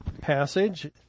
passage